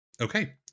Okay